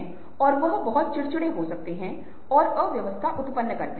किस तरह की भावना का अधिकार आप संवाद करने में सक्षम हैं शक्ति आप संवाद करने में सक्षम हैं